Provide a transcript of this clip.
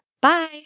Bye